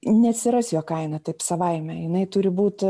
neatsiras jo kaina taip savaime jinai turi būt